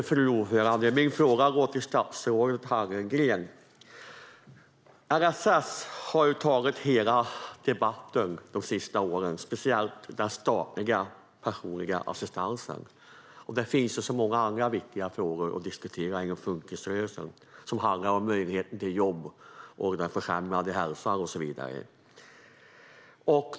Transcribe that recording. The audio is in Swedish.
Fru talman! Min fråga går till statsrådet Hallengren. LSS har tagit över hela debatten de senaste åren. Det gäller speciellt den statliga personliga assistansen. Men det finns många andra viktiga frågor att diskutera inom funkisrörelsen: möjligheten till jobb, den försämrade hälsan och så vidare.